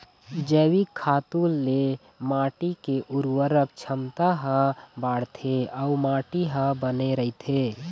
जइविक खातू ले माटी के उरवरक छमता ह बाड़थे अउ माटी ह बने रहिथे